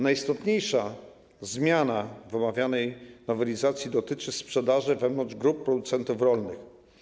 Najistotniejsza zmiana w omawianej nowelizacji dotyczy sprzedaży wewnątrz grup producentów rolnych.